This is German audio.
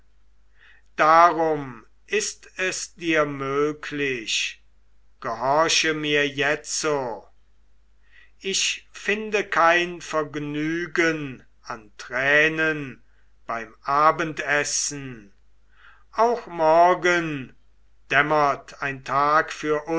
darum ist es dir möglich gehorche mir jetzo ich finde kein vergnügen an tränen beim abendessen auch morgen dämmert ein tag für